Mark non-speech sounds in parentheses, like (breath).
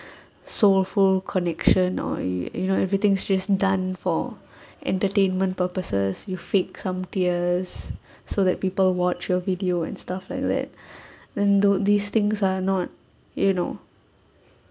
soulful connection or you you know everything just done for (breath) entertainment purposes you fake some tears so that people watch your video and stuff like that (breath) then those these things are not you know